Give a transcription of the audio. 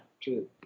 true